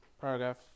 paragraph